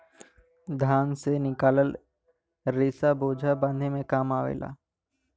धान से निकलल रेसा बोझा बांधे के काम आवला